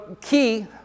key